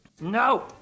no